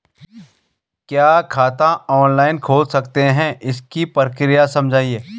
क्या खाता ऑनलाइन खोल सकते हैं इसकी प्रक्रिया समझाइए?